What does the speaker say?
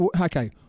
Okay